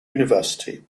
university